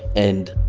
and,